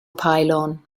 pylon